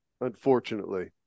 unfortunately